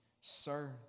Sir